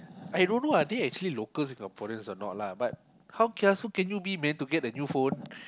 I don't know are they actually local Singaporeans or not lah but how kiasu can you be man to get a new phone